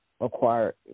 acquire